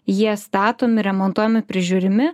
jie statomi remontuojami prižiūrimi